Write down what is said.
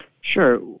Sure